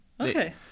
Okay